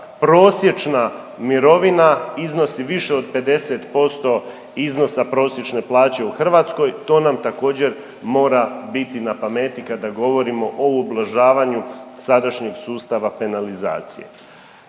prosječna mirovina iznosi više od 50% iznosa prosječne plaće u Hrvatskoj to nam također mora biti na pameti kada govorimo o ublažavanju sadašnjeg sustava penalizacije.